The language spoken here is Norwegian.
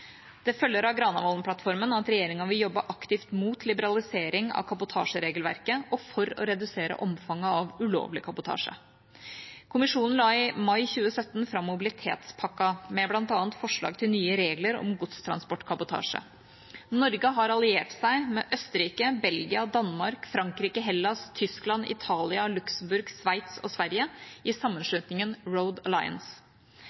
Det følger av Granavolden-plattformen at regjeringa vil jobbe aktivt mot liberalisering av kabotasjeregelverket og for å redusere omfanget av ulovlig kabotasje. Kommisjonen la i mai 2017 fram Mobilitetspakken med bl.a. forslag til nye regler om godstransportkabotasje. Norge har alliert seg med Østerrike, Belgia, Danmark, Frankrike, Hellas, Tyskland, Italia, Luxembourg, Sveits og Sverige i